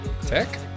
Tech